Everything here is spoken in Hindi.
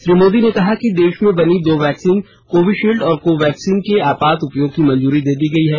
श्री मोदी ने कहा कि देश में बनी दो वैक्सीन कोविशील्ड और कोवैक्सीन के आपात उपयोग की मंजूरी दे दी गई है